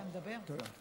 תודה.